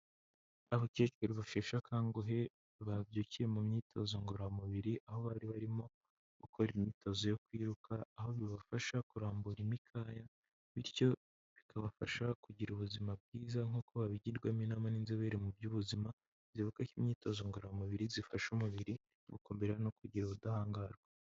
Abakecuru basheshe akanguhe babyukiye mu myitozo ngororamubiri, aho bari barimo gukora imyitozo yo kwiruka. Aho bibafasha kurambura imikaya bityo bikabafasha kugira ubuzima bwiza, nk'uko babigirwamo inama n'inzobere mu by'ubuzima. Zivuga ko imyitozo ngororamubiri zifasha umubiri gukomera no kugira ubudahangarwa.